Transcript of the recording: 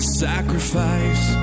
sacrifice